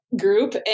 group